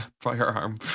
firearm